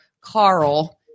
Carl